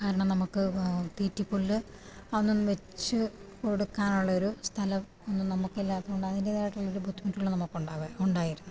കാരണം നമുക്ക് തീറ്റപ്പുല്ല് അതൊന്നും വച്ച് കൊടുക്കാനുള്ള ഒരു സ്ഥലം ഒന്നും നമുക്കില്ലാത്തതുകൊണ്ട് അതിൻ്റെതായിട്ടുള്ളൊരു ബുദ്ധിമുട്ടുകള് നമുക്കൊണ്ടാവ ഉണ്ടായിരുന്നു